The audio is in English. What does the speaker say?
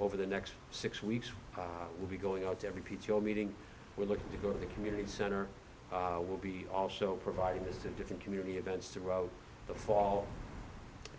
over the next six weeks will be going out to every p t o meeting we're looking to go to the community center will be also providing this in different community events throughout the fall